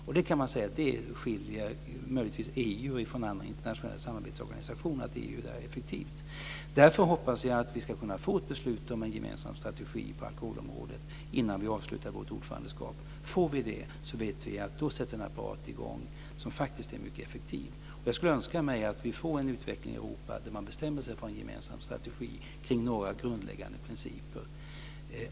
Man kan säga att det som möjligtvis skiljer EU från andra internationella samarbetsorganisationer är att EU är effektivt. Jag hoppas därför att vi ska kunna få ett beslut om en gemensam strategi på alkoholområdet innan vi avslutar vårt ordförandeskap. Får vi det vet vi att det sätts i gång en apparat som faktiskt är mycket effektiv. Jag skulle önska att vi får en utveckling i Europa där man bestämmer sig för en gemensam strategi kring några grundläggande principer.